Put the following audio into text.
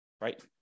right